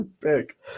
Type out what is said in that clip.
pick